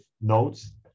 notes